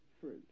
fruit